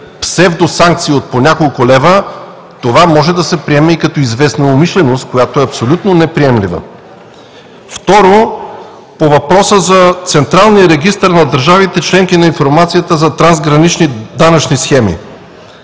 псевдосанкции от по няколко лева, това може да се приеме и като известна умишленост, която е абсолютно неприемлива. На следващо място, по въпроса за Централния регистър на държавите членки на информацията за трансгранични данъчни схеми,